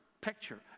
picture